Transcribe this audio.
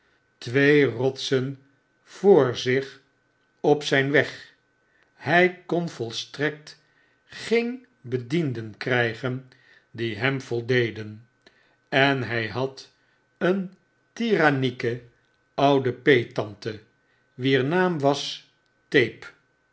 twee rotsen voor zich op zp weg hij kon volstrekt geen bedienden krijgen die hem voldeden en hjj had een tirannieke oudepeettante wier naam was tape